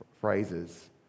phrases